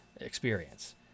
experience